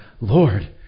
Lord